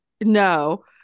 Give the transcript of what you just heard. No